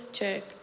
check